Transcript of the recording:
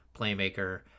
playmaker